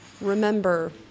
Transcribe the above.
Remember